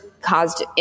caused